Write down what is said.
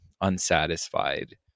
unsatisfied